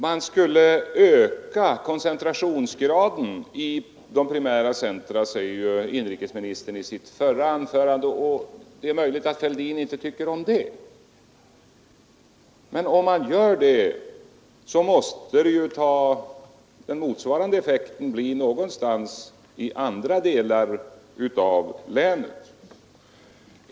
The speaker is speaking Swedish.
”Man skulle öka koncentrationsgraden i de primära centra”, sade inrikesministern i sitt förra anförande, ”och det är möjligt att Fälldin inte tycker om det.” Men om man gör det måste det få en motsvarande effekt någonstans i andra delar av länet.